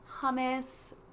hummus